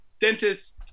dentist